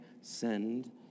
Send